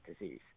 disease